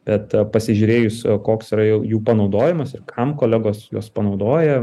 bet pasižiūrėjus o koks yra jau jų panaudojimas ir kam kolegos juos panaudoja